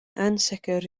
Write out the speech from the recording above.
ansicr